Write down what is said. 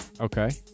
okay